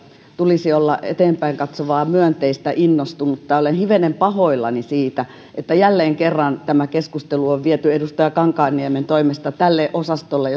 tulisi olla eteenpäin katsovaa myönteistä innostunutta ja olen hivenen pahoillani siitä että jälleen kerran tämä keskustelu on viety edustaja kankaanniemen toimesta tälle osastolle